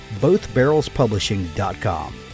BothBarrelsPublishing.com